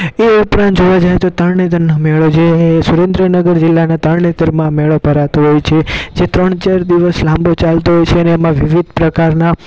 એ ઉપરાંત જોવા જઈએ તો તરણેતરનો મેળો જે અહીં સુરેન્દ્રનગર જિલ્લાના તરણેતરમાં મેળો ભરાતો હોય છે જે ત્રણ ચાર દિવસ લાંબો ચાલતો હોય છે અને એમાં વિવિધ પ્રકારના